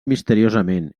misteriosament